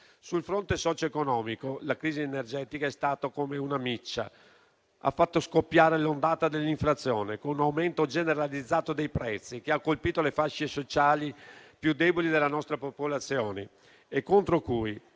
Sul fronte socioeconomico, la crisi energetica è stata come una miccia: ha fatto scoppiare l'ondata dell'inflazione, con un aumento generalizzato dei prezzi che ha colpito le fasce sociali più deboli della nostra popolazione e contro cui,